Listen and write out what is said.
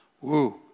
Woo